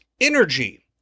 energy